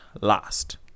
last